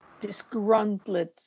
disgruntled